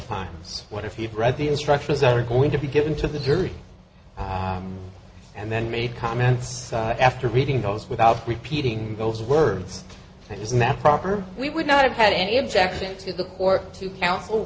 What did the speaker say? times what if you'd read the instructions are going to be given to the jury and then made comments after reading those without repeating those words that is not proper we would not have had any objection to the court to counsel